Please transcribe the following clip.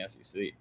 SEC